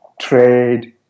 trade